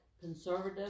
conservative